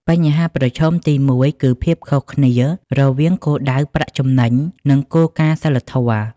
បញ្ហាប្រឈមទីមួយគឺ ភាពខុសគ្នារវាងគោលដៅប្រាក់ចំណេញ និងគោលការណ៍សីលធម៌។